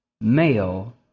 male